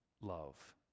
love